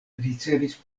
ricevis